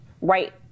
right